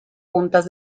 puntas